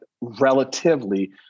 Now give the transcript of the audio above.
relatively